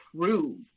prove